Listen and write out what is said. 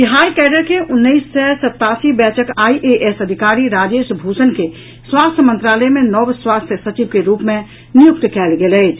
Bihar cadre के उन्नैस सय सतासी बैचक आईएएस अधिकारी राजेश भूषण के स्वास्थ्य मंत्रालय मे नव स्वास्थ्य सचिव के रूप मे नियुक्त कयल गेल छल